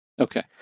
Okay